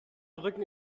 brücken